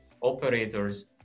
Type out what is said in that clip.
operators